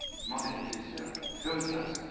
miss monica teasdale, the film star, sir.